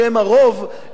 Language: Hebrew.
שהן הרוב,